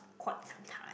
quite some time